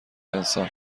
انسان